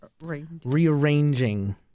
rearranging